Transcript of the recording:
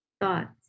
thoughts